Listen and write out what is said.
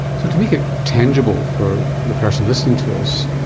so to make it tangible for the person listening to us,